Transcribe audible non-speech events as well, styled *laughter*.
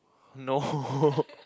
no *laughs*